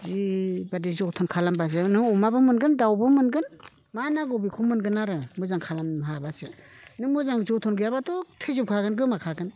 जिबायदि जोथोन खालामबासो नों अमाबो मोनगोन दावबो मोनगोन मा नांगौ बेखौनो मोनगोन आरो मोजां खालामनो हाबासो नों मोजां जोथोन गैयाबाथ' थैजोबखागोन गोमाखागोन